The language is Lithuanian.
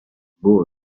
buvo